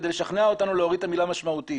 כדי לשכנע אותנו להוריד את המילה 'משמעותית',